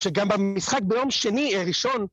‫שגם במשחק ביום שני ראשון...